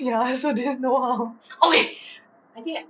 ya I also didn't know how